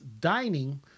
dining